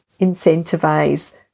incentivize